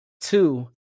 Two